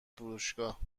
فروشگاه